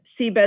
seabed